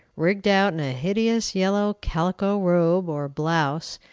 rigged out in a hideous yellow calico robe, or blouse,